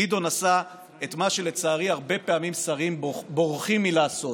גדעון עשה את מה שלצערי הרבה פעמים שרים בורחים מלעשות,